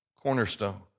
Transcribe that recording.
cornerstone